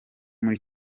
muri